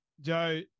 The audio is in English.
Joe